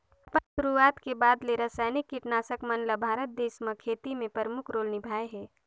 अपन शुरुआत के बाद ले रसायनिक कीटनाशक मन ल भारत देश म खेती में प्रमुख रोल निभाए हे